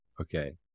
Okay